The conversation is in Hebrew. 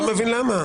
אני לא מבין למה.